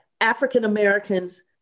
African-Americans